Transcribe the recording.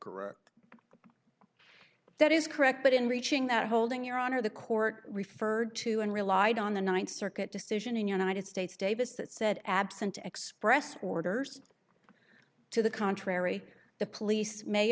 correct that is correct but in reaching that holding your honor the court referred to and relied on the ninth circuit decision in united states davis that said absent expressed orders to the contrary the police may